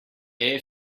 air